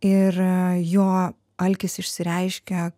ir jo alkis išsireiškia